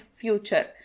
future